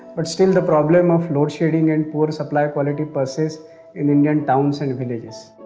but still the problem of load sharing and poor supply quality persist in indian towns and villages.